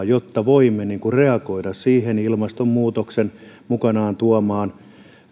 jotta voimme reagoida siihen ilmastonmuutoksen mukanaan tuomaan